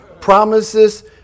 Promises